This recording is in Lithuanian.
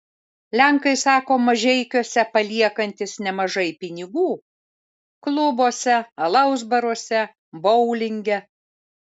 lenkai sako mažeikiuose paliekantys nemažai pinigų klubuose alaus baruose boulinge